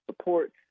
support